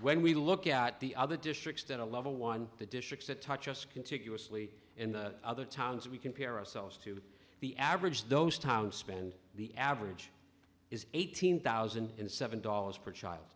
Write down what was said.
when we look at the other districts that a level one the districts that touch us contiguously in other towns we compare ourselves to the average those town spend the average is eighteen thousand and seven dollars per child